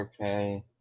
okay